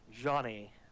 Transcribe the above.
Johnny